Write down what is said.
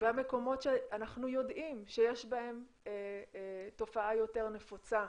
במקומות שאנחנו יודעים שיש בהם תופעה יותר נפוצה,